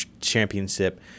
championship